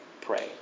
pray